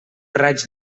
raig